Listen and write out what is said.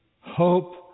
hope